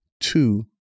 two